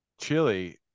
Chili